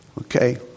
Okay